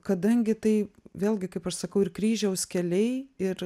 kadangi tai vėlgi kaip aš sakau ir kryžiaus keliai ir